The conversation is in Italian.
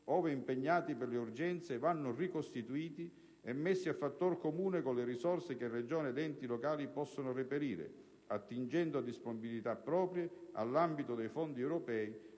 ove impegnati per le urgenze, vanno ricostituiti e messi a fattor comune con le risorse che Regioni ed enti locali possono reperire, attingendo a disponibilità proprie, all'ambito dei fondi europei,